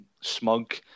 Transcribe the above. smug